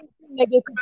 Negative